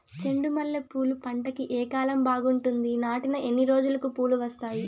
చెండు మల్లె పూలు పంట కి ఏ కాలం బాగుంటుంది నాటిన ఎన్ని రోజులకు పూలు వస్తాయి